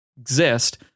exist